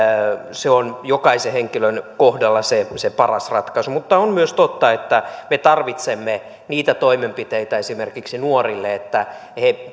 se on jokaisen henkilön kohdalla se se paras ratkaisu mutta on myös totta että me tarvitsemme niitä toimenpiteitä esimerkiksi nuorille että he